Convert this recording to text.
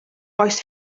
oes